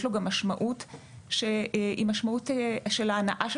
יש לו גם משמעות שהיא משמעות של ההנאה של